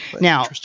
Now